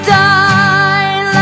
die